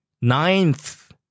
Ninth